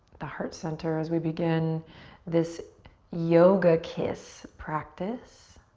the heart center as we begin this yoga kiss practice.